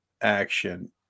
action